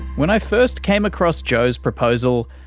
when i first came across joe's proposal,